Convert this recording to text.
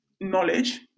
knowledge